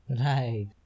Right